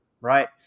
Right